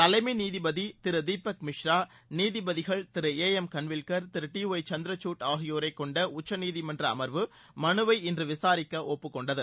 தலைமை நீதிபதி திரு தீபக் மிஸ்ரா நீதிபதிகள் திரு ஏம் எம் கன்வில்கா் திரு டி ஒய் சந்திரஞட் ஆகியோரை கொண்ட உச்சநீதிமன்ற அமா்வு மனுவை இன்று விசாரிக்க ஒப்பு கொண்டது